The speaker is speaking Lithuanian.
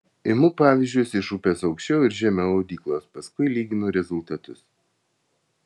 imu pavyzdžius iš upės aukščiau ir žemiau audyklos paskui lyginu rezultatus